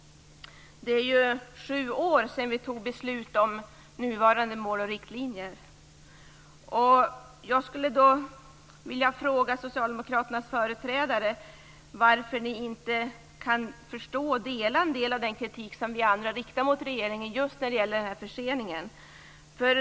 Det är ju sju år sedan vi fattade beslut om nuvarande mål och riktlinjer. Jag skulle därför vilja fråga företrädarna för Socialdemokraterna varför de inte kan förstå och dela en del av den kritik som vi andra riktar mot regeringen när det gäller just den här förseningen.